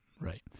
right